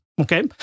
Okay